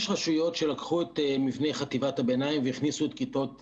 יש רשויות שלקחו את מבנה חטיבת הביניים והכניסו את כיתות ה'